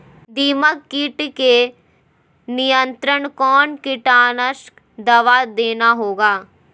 दीमक किट के नियंत्रण कौन कीटनाशक दवा देना होगा?